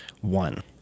one